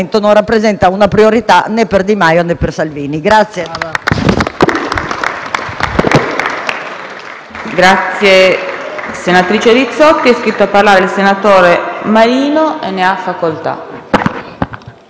non rappresenta una priorità né per Di Maio né per Salvini.